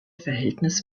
verhältnis